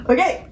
Okay